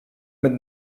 mit